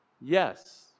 Yes